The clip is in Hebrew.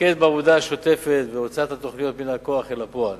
להתמקד בעבודה השוטפת ובהוצאת התוכניות מן הכוח אל הפועל.